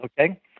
okay